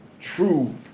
true